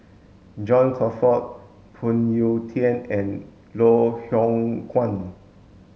John Crawfurd Phoon Yew Tien and Loh Hoong Kwan